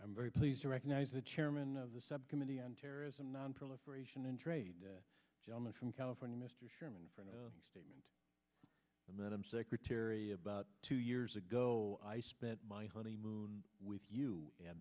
i'm very pleased to recognize the chairman of the subcommittee on terrorism nonproliferation and trade the gentleman from california mr sherman for the statement and then i'm secretary about two years ago i spent my honeymoon with you and